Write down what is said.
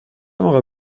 موقع